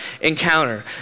encounter